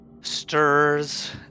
stirs